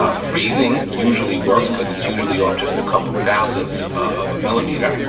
um freezing usually works, cause it's usually off just a couple of thousandths of a millimeter.